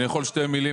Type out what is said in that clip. אני יכול שתי מילים?